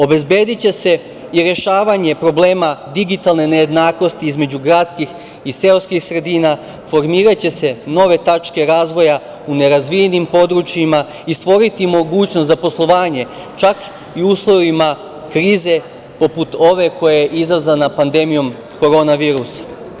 Obezbediće se i rešavanje problema digitalne nejednakosti između gradskih i seoskih sredina, formiraće se nove tačke razvoja u nerazvijenim područjima i stvoriti mogućnost za poslovanje čak i uslovima krize, poput ove koja je izazvana pandemijom korona virusa.